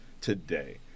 today